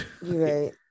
Right